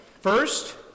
First